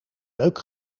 leuk